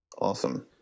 Awesome